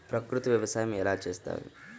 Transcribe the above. ప్రకృతి వ్యవసాయం ఎలా చేస్తారు?